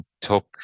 top